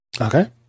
Okay